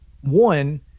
one –